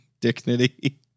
Dignity